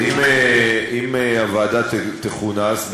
אם הוועדה תכונס,